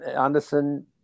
Anderson